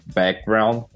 background